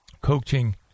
coaching